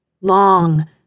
long